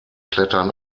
klettern